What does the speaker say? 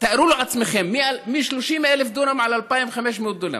תארו לעצמכם, מ-30,000 דונם ל-2,500 דונם.